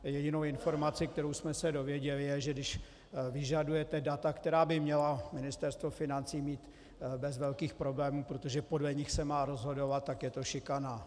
Jedinou informací, kterou jsme se dověděli, je, že když vyžadujete data, která by měla Ministerstvo financí mít bez velkých problémů, protože podle nich se má rozhodovat, tak je to šikana.